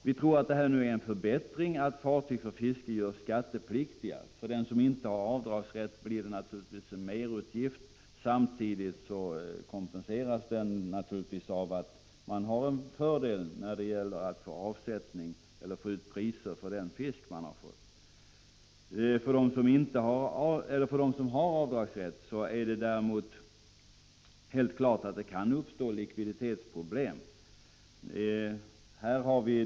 Vi tror att det är en förbättring att fartyg för fiske görs skattepliktiga. För den som inte har avdragsrätt blir det naturligtvis en merutgift. Samtidigt kompenseras denna utgift av att man har en fördel när det gäller att få ut priser för den fisk man har fångat. För dem som har avdragsrätt kan det givetvis uppstå likviditetsproblem.